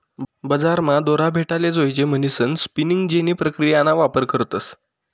बजारमा दोरा भेटाले जोयजे म्हणीसन स्पिनिंग जेनी प्रक्रियाना वापर करतस